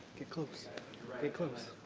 get close, get close.